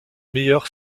meilleur